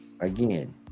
again